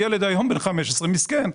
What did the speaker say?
ילד שהוא בן 15 היום הוא מסכן,